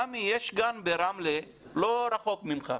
סמי, יש גן ברמלה, לא רחוק ממך,